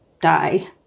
die